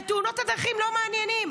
ותאונות הדרכים לא מעניינות.